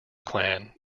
clan